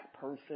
person